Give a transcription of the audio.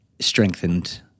strengthened